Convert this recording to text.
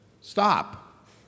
Stop